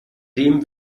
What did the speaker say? dem